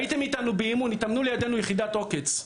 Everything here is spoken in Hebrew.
הייתם איתנו באימון, התאמנו לידנו יחידת עוקץ,